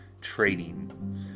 trading